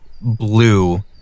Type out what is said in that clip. blue